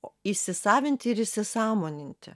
o įsisavinti ir įsisąmoninti